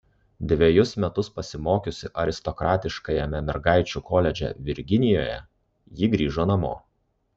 dvejus metus pasimokiusi aristokratiškajame mergaičių koledže virginijoje ji grįžo namo